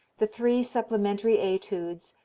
the three supplementary etudes,